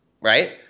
right